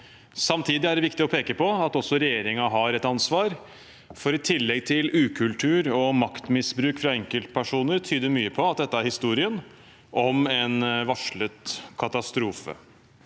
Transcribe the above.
Samtidig er det viktig å peke på at også regjeringen har et ansvar, for i tillegg til ukultur og maktmisbruk fra enkeltpersoner tyder mye på at dette er historien om en varslet katastrofe.